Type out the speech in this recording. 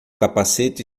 capacete